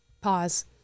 Pause